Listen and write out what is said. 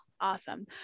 Awesome